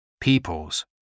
Peoples